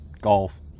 golf